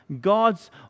God's